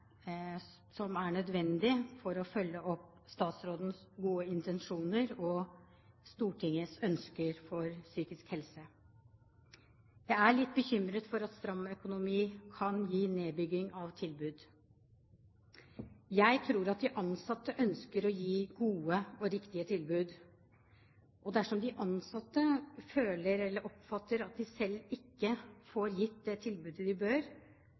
som er nødvendige for å følge opp statsrådens gode intensjoner og Stortingets ønsker for psykisk helse. Jeg er litt bekymret for at stram økonomi kan gi nedbygging av tilbud. Jeg tror at de ansatte ønsker å gi gode og riktige tilbud. Dersom de ansatte føler eller oppfatter at de selv ikke får gitt det tilbudet de bør,